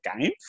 game